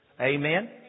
Amen